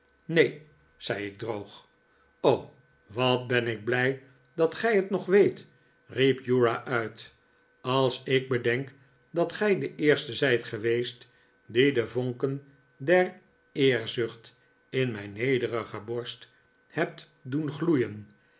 neen zei ik droog r o wat ben ik blij dat gij het nog weet riep uriah uit als ik bedenk dat gij de eerste zijt geweest die de vonken der eerzucht in mijn nederige borst hebt doen gloeien